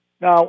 Now